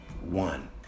one